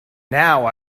now